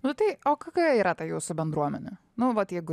nu tai o kokia yra ta jūsų bendruomenė nu vat jeigu